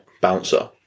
bouncer